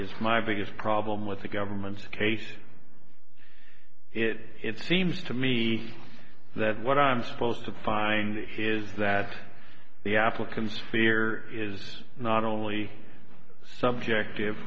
is my biggest problem with the government's case it it seems to me that what i'm supposed to find his that the applicant's fear is not only subjective